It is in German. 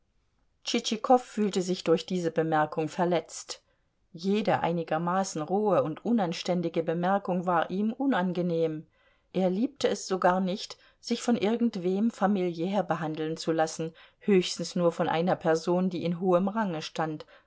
tschitschikow fühlte sich durch diese bemerkung verletzt jede einigermaßen rohe und unanständige bemerkung war ihm unangenehm er liebte es sogar nicht sich von irgendwem familiär behandeln zu lassen höchstens nur von einer person die in hohem range stand